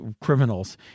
criminals